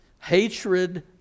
hatred